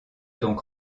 donc